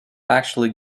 actually